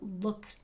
look